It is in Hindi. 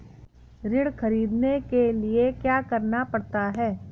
ऋण ख़रीदने के लिए क्या करना पड़ता है?